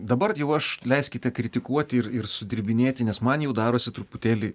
dabar jau aš leiskite kritikuoti ir ir sudirbinėti nes man jau darosi truputėlį